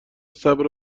صبر